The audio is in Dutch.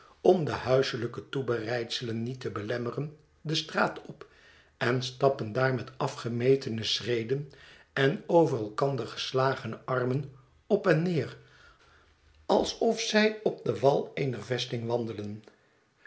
om de huiselijke toebereidselen niet te belemmeren de straat op en stappen daar met afgemetene schreden en over elkander geslagene armen op en neer alsof zij op den wal eener vesting wandelen